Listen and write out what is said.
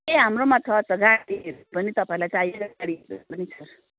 ए हाम्रोमा छ छ गाडीहरू पनि तपाईँलाई चाहिरहेको पनि छ